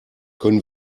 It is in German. können